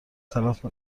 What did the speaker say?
تلف